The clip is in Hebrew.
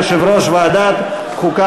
יושב-ראש ועדת החוקה,